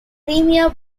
premier